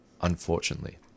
unfortunately